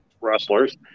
wrestlers